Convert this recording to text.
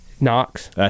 Knox